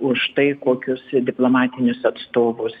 už tai kokius diplomatinius atstovus